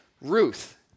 Ruth